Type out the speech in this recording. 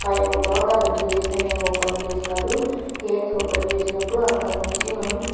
five o'clock అక్కడ gates అనేవి open చేస్తారు గేట్స్ ఓపెన్ చేసినప్పుడు అక్కడి నుంచి మనం